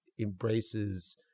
embraces